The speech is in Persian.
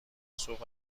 سوخت